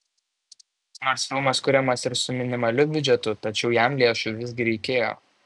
nors filmas kuriamas ir su minimaliu biudžetu tačiau jam lėšų visgi reikėjo